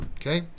Okay